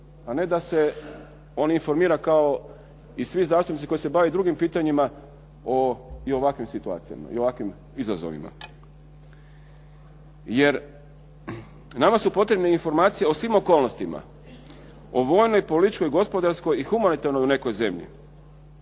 a ne da se on informira kao i svi zastupnici koji se bave drugim pitanjima i ovakvim situacijama i ovakvim izazovima. Jer nama su potrebne informacije o svim okolnostima, o vojnoj, političkoj, gospodarskoj i humanitarnoj u nekoj zemlji.